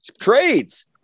trades